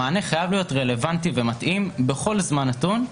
המענה חייב להיות רלוונטי ומתאים בכל זמן נתון.